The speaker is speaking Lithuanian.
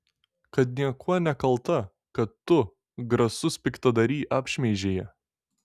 kad niekuo nekalta kad tu grasus piktadary apšmeižei ją